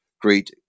great